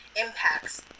impacts